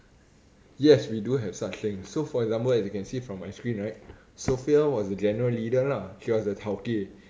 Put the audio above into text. yes we do have such thing so for example as you can see from my screen right sophia was the general leader lah she was the tauke